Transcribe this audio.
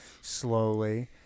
slowly